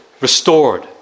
restored